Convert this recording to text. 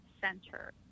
center